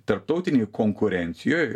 tarptautinėj konkurencijoj